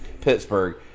Pittsburgh